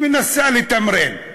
שמנסה לתמרן.